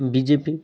B J P